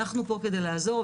אנחנו פה כדי לעזור.